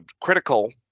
critical